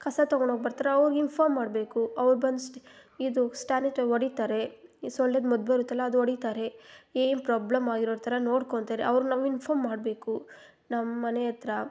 ಕಸ ತಗೋಳೋಕ್ ಬರ್ತಾರೆ ಅವ್ರಿಗೆ ಇನ್ಫಾಮ್ ಮಾಡಬೇಕು ಅವ್ರು ಬಂದು ಸ್ಟ್ ಇದು ಸ್ಟ್ಯಾನಿಟ್ರಿ ಹೊಡಿತಾರೆ ಈ ಸೊಳ್ಳೆದು ಮದ್ದು ಬರುತ್ತಲ್ಲ ಅದು ಹೊಡಿತಾರೆ ಏನು ಪ್ರಾಬ್ಲಮ್ ಆಗಿರೋರ ಥರ ನೋಡ್ಕೊತಾರೆ ಅವ್ರಿಗೆ ನಾವು ಇನ್ಫಾಮ್ ಮಾಡಬೇಕು ನಮ್ಮನೆಯಹತ್ರ